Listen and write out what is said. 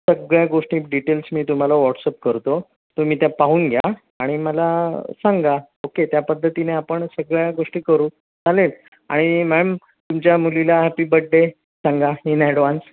सगळ्या गोष्टी डिटेल्स मी तुम्हाला वॉट्सअप करतो तुम्ही त्या पाहून घ्या आणि मला सांगा ओके त्या पद्धतीने आपण सगळ्या गोष्टी करू चालेल आणि मॅम तुमच्या मुलीला हॅपी बड्डे सांगा इन ॲडव्हान्स